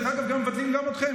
דרך אגב, מבטלים גם אתכם.